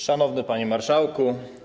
Szanowny Panie Marszałku!